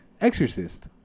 Exorcist